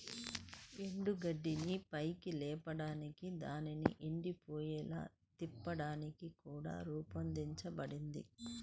ఎండుగడ్డిని పైకి లేపడానికి దానిని ఎండిపోయేలా తిప్పడానికి కూడా రూపొందించబడింది